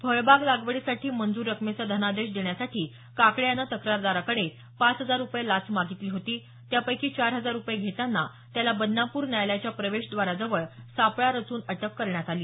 फळबाग लागवडीसाठी मंजूर रकमेचा धनादेश देण्यासाठी काकडे यानं तक्रारदाराकडे पाच हजार रुपये लाच मागितली होती यापैकी चार हजार रुपये घेताना त्याला बदनापूर न्यायालयाच्या प्रवेशद्वारावर सापळा रचून अटक करण्यात आली